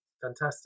fantastic